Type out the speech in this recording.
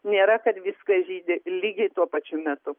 nėra kad viskas žydi lygiai tuo pačiu metu